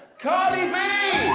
cardsi b.